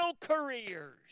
careers